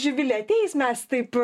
živilė ateis mes taip